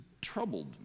troubled